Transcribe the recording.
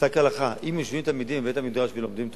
פסק הלכה: אם יושבים תלמידים בבית-המדרש ולומדים תורה,